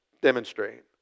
demonstrate